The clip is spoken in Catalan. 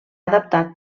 adaptat